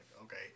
okay